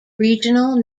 regional